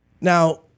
Now